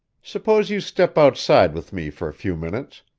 suppose you step outside with me for a few minutes.